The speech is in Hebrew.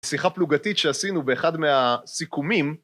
שיחה פלוגתית שעשינו באחד מהסיכומים.